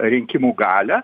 rinkimų galią